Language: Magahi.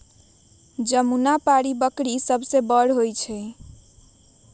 जमुनापारी बकरी सबसे बड़ा होबा हई